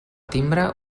timbre